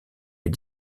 est